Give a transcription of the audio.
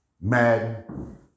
Madden